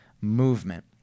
movement